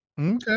okay